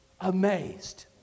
amazed